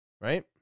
right